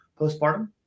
postpartum